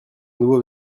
nouveau